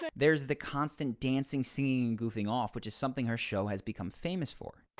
but there's the constant dancing scene goofing off which is something her show has become famous for.